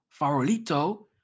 Farolito